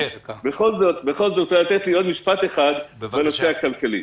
בכל זאת אולי תוכל לתת לי לומר עוד משפט אחד בנושא הכלכלי.